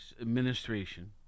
administration